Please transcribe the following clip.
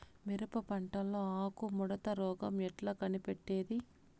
మిరప పంటలో ఆకు ముడత రోగం ఎట్లా కనిపెట్టేది?